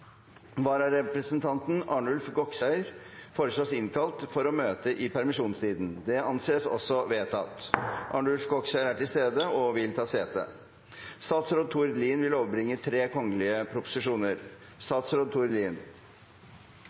Vararepresentanten Arnulf Goksøyr innkalles før å møte i permisjonstiden. Arnulf Goksøyr er til stede og vil ta sete. Representanten Kjersti Toppe vil